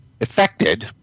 affected